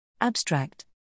Abstract